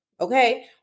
Okay